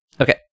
Okay